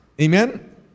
Amen